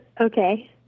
Okay